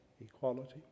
equality